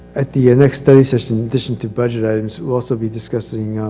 at the next day session, in addition to budget items we'll also be discussing